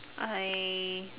I